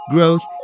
Growth